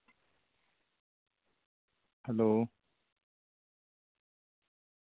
hello